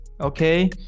Okay